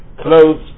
clothes